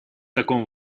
таком